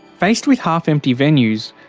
faced with half empty venues,